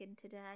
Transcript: today